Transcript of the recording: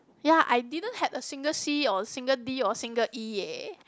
ya I didn't had a single C or single D or single E ya